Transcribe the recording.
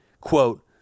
quote